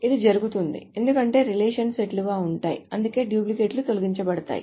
ఇది జరుగుతుంది ఎందుకంటే రిలేషన్స్ సెట్లుగా ఉంటాయి అందుకే డూప్లికేట్లు తొలగించబడతాయి